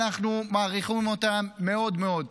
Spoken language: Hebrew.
אנחנו מעריכים אותם מאוד מאוד,